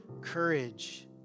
courage